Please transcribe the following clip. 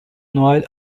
noel